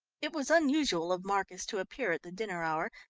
it was unusual of marcus to appear at the dinner hour,